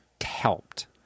helped